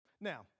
now